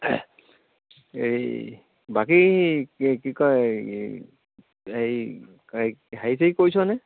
এই বাকী কি কয় এই হেৰি হেৰি চেৰি কৰিছ নে